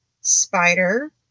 spider